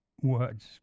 words